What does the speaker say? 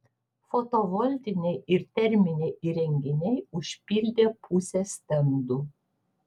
fotovoltiniai ir terminiai įrenginiai užpildė pusę stendų